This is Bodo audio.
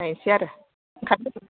नायनोसै आरो ओंखारदो